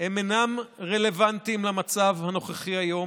הם אינם רלוונטיים למצב הנוכחי היום.